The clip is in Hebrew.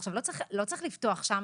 עכשיו לא צריך לפתוח שם